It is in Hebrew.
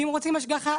אם רוצים השגחה,